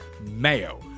MAYO